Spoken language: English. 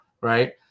Right